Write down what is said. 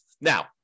Now